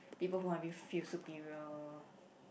people who wanna be feel superior